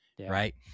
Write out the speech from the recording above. right